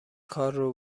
کارو